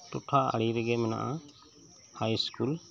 ᱴᱚᱴᱷᱟ ᱟᱲᱮᱨᱮᱜᱮ ᱢᱮᱱᱟᱜᱼᱟ ᱦᱟᱭ ᱤᱥᱠᱩᱞ